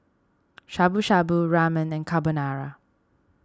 Shabu Shabu Ramen and Carbonara